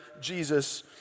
Jesus